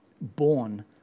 born